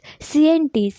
CNTs